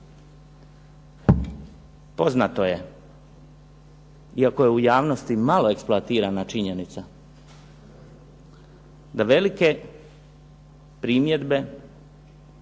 Poznato je iako je u javnosti malo eksploatirana činjenica da velike primjedbe